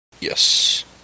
Yes